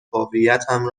هویتم